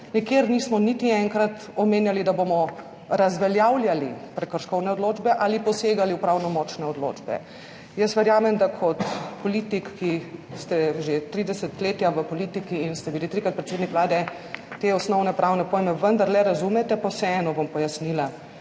nikjer nismo niti enkrat omenjali, da bomo razveljavljali prekrškovne odločbe ali posegali v pravnomočne odločbe. Jaz verjamem, da kot politik, ki ste že 30 let v politiki in ste bili trikrat predsednik Vlade, te osnovne pravne pojme vendarle razumete, pa vseeno bom pojasnila.